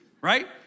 right